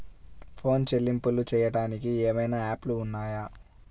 Phone చెల్లింపులు చెయ్యటానికి ఏవైనా యాప్లు ఉన్నాయా?